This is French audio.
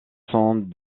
sont